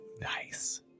Nice